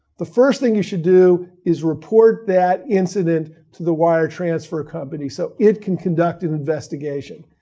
the first thing you should do is report that incident to the wire transfer company so it can conduct an investigation.